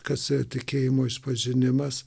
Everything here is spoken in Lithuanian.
kas tikėjimo išpažinimas